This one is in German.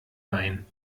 bein